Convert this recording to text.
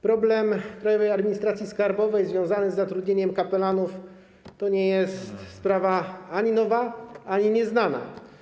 Problem Krajowej Administracji Skarbowej związany z zatrudnieniem kapelanów to nie jest sprawa ani nowa, ani nieznana.